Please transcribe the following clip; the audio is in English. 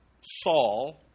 Saul